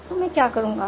तो मैं क्या करूंगा